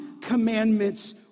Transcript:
commandments